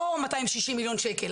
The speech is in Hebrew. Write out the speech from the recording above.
לא 260 מיליון שקל,